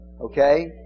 Okay